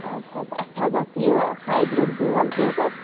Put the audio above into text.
اَدٕ حظ اَسہِ حظ اوس یہِ ہایبِرٛڈ بیول ضوٚرَتھ